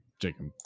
Jacob